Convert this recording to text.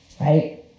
Right